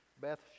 Beth